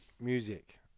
music